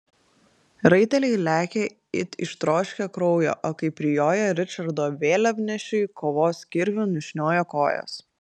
raiteliai lekia it ištroškę kraujo o kai prijoja ričardo vėliavnešiui kovos kirviu nušnioja kojas